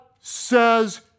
says